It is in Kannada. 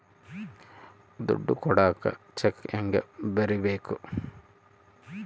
ದುಡ್ಡು ಕೊಡಾಕ ಚೆಕ್ ಹೆಂಗ ಬರೇಬೇಕು?